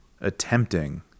attempting